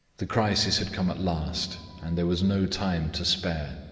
the crisis had come at last, and there was no time to spare.